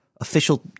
official